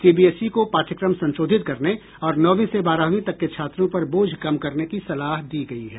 CBSE को पाठ्यक्रम संशोधित करने और नौवीं से बारहवीं तक के छात्रों पर बोझ कम करने की सलाह दी गई है